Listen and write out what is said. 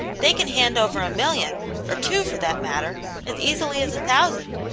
they can hand over a million or two, for that matter as easily as a thousand,